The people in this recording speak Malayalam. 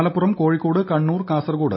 മലപ്പുറം കോഴിക്കോട് കണ്ണൂർ കാസർകോട്